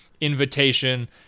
invitation